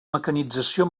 mecanització